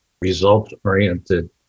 result-oriented